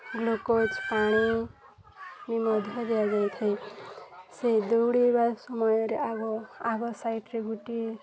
glucose ପାଣି ବି ମଧ୍ୟ ଦିଆଯାଇଥାଏ ସେ ଦୌଡ଼ିବା ସମୟରେ ଆଗ ଆଗ ସାଇଡ଼୍ରେ ଗୋଟିଏ